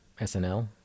SNL